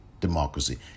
democracy